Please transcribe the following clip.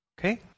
Okay